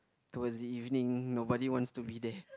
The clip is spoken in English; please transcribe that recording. towards the evening nobody wants to be there